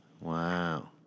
Wow